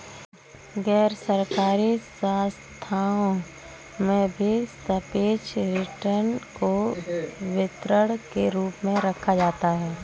गैरसरकारी संस्थाओं में भी सापेक्ष रिटर्न को वितरण के रूप में रखा जाता है